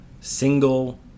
single